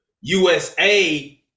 USA